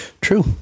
True